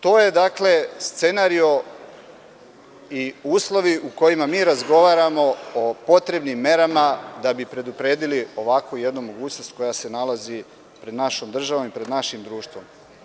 To je scenario u uslovi u kojima mi razgovaramo o potrebnim merama da bi predupredili ovakvu jednu mogućnost koja se nalazi pred našom državom i pred našim društvom.